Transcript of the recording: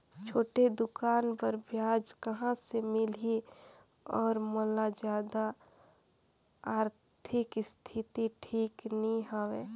छोटे दुकान बर ब्याज कहा से मिल ही और मोर जादा आरथिक स्थिति ठीक नी हवे?